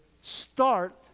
start